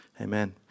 Amen